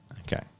Okay